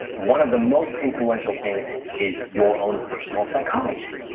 one of the most influential things is your own personal psychology.